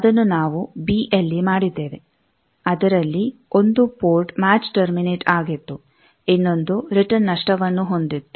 ಅದನ್ನು ನಾವು ಬಿಯಲ್ಲಿ ಮಾಡಿದ್ದೇವೆ ಅದರಲ್ಲಿ 1 ಪೋರ್ಟ್ ಮ್ಯಾಚ್ ಟರ್ಮಿನೇಟ್ಆಗಿತ್ತು ಇನ್ನೊಂದು ರಿಟರ್ನ್ ನಷ್ಟವನ್ನು ಹೊಂದಿತ್ತು